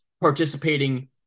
participating